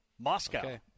Moscow